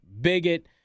bigot